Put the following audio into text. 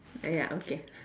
ah ya okay